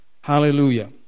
Hallelujah